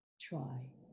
Try